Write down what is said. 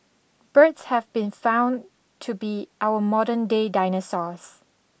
birds have been found to be our modern-day dinosaurs